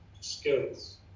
skills